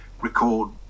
record